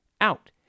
out